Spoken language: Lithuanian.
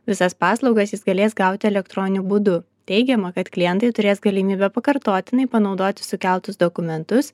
visas paslaugas jis galės gauti elektroniniu būdu teigiama kad klientai turės galimybę pakartotinai panaudoti sukeltus dokumentus